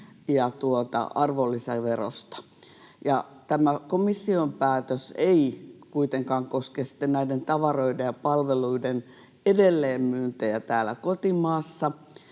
ja arvonlisäverosta. Tämä komission päätös ei kuitenkaan koske näiden tavaroiden ja palveluiden edelleenmyyntejä täällä kotimaassa